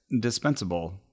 dispensable